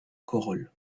corolle